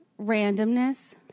randomness